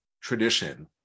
tradition